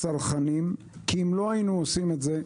צרכנים כי אם לא היינו עושים את זה,